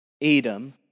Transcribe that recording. Edom